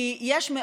כי יש,